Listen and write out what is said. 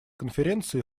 конференции